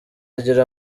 agira